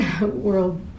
world